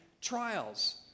trials